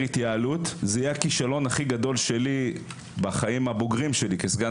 התייעלות זה יהיה הכישלון הכי גדול שלי בחיים הבוגרים שלי כסגן